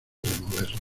removerlas